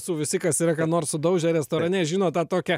su visi kas yra ką nors sudaužę restorane žino tą tokią